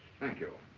thank you.